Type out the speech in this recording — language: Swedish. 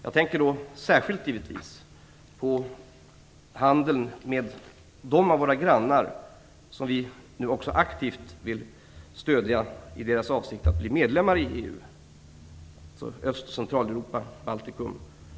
Jag tänker då särskilt på handeln med dem av våra grannar som vi nu också aktivt vill stödja i deras avsikt att bli medlemmar i EU. Det gäller alltså Östoch Centraleuropa och Baltikum.